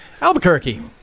Albuquerque